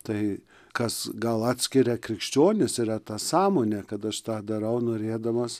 tai kas gal atskiria krikščionis yra ta sąmonė kad aš tą darau norėdamas